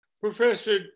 Professor